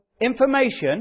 information